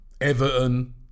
Everton